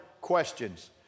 questions